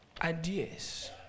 ideas